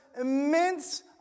immense